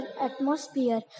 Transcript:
atmosphere